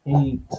eight